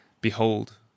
behold